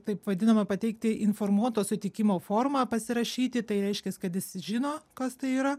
taip vadinamą pateikti informuoto sutikimo formą pasirašyti tai reiškias kad jis žino kas tai yra